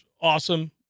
awesome